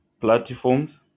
platforms